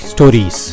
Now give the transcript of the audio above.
Stories